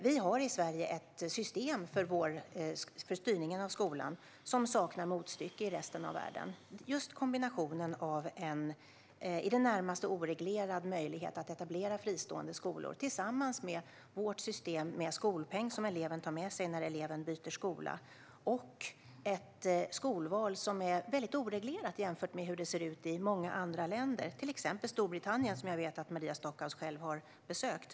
Vi har i Sverige ett system för styrningen av skolan som saknar motstycke i resten av världen med kombination av en i det närmaste oreglerad möjlighet att etablera fristående skolor tillsammans med vårt system med skolpeng, som eleven tar med sig när eleven byter skola, och ett skolval som är väldigt oreglerat jämfört med hur det ser ut i många andra länder, till exempel i Storbritannien som jag vet att Maria Stockhaus själv har besökt.